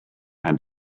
and